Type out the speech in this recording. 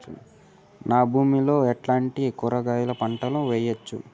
నా భూమి లో ఎట్లాంటి కూరగాయల పంటలు వేయవచ్చు?